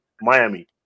Miami